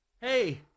Hey